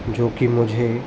जो कि मुझे